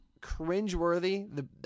cringeworthy